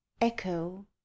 Echo